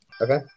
Okay